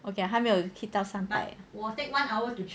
okay 还没有 hit 到三百